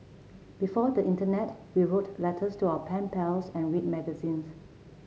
before the internet we wrote letters to our pen pals and read magazines